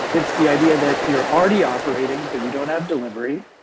it's the idea that you're already operating, but you don't have delivery.